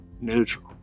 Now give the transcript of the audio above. neutral